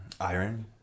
Iron